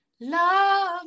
love